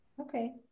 Okay